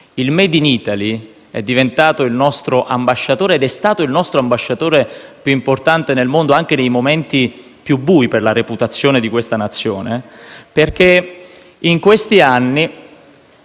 Il *made in Italy* è diventato il nostro ambasciatore ed è stato il nostro ambasciatore più importante nel mondo, anche nei momenti più bui per la reputazione di questa Nazione *(Commenti della